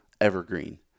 evergreen